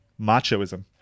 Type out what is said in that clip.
machoism